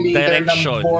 direction